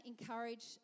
encourage